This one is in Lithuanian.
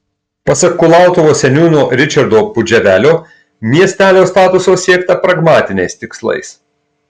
pasak kulautuvos seniūno ričardo pudževelio miestelio statuso siekta pragmatiniais tikslais